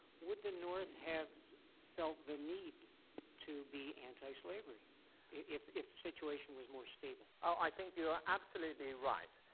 would the north have felt the need to be anti-slavery if if the situation was more stable? i think you are absolutely right.